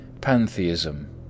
Pantheism